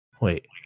Wait